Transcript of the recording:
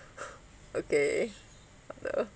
okay what the